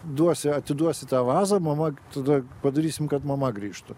duosi atiduosi tą vazą mama tada padarysim kad mama grįžtų